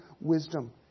wisdom